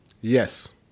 Yes